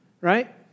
right